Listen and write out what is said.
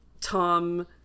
Tom